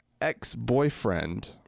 ex-boyfriend